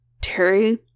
Terry